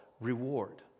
reward